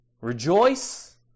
rejoice